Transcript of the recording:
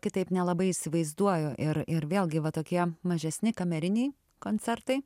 kitaip nelabai įsivaizduoju ir ir vėlgi va tokie mažesni kameriniai koncertai